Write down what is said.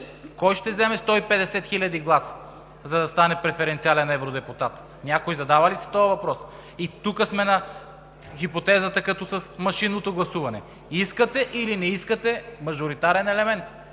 Кой ще вземе 150 хиляди гласа, за да стане преференциален евродепутат? Някой, задава ли си този въпрос? Тук сме на хипотезата като с машинното гласуване. Искате или не искате мажоритарен елемент,